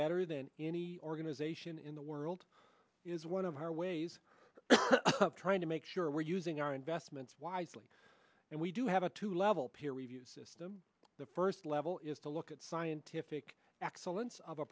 better than any organization in the world is one of our ways of trying to make sure we're using our investments wisely and we do have a two level peer review system the first level is to look at scientific excellence of a